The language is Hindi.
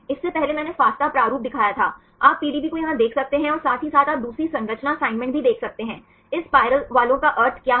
इससे पहले मैंने फास्टा प्रारूप दिखाया था आप पीडीबी को यहां देख सकते हैं और साथ ही साथ आप दूसरी संरचना असाइनमेंट भी देख सकते हैं इस सर्पिल वालो का अर्थ क्या है